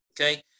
okay